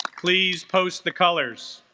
please post the colors